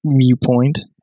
viewpoint